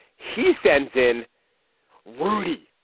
he sends in rudy.